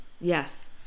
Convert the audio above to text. Yes